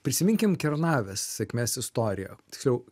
prisiminkim kernavės sėkmės istoriją tiksliau